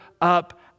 up